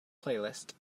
playlist